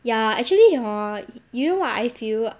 ya actually hor you know what I feel